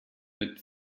mit